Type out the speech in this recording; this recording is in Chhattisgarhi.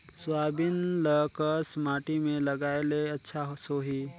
सोयाबीन ल कस माटी मे लगाय ले अच्छा सोही?